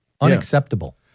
Unacceptable